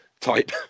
type